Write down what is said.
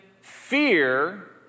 fear